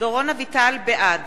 בעד